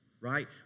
right